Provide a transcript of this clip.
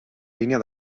línia